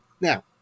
now